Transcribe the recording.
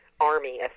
army